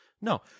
No